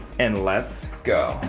and let's go.